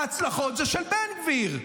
ההצלחות זה של בן גביר,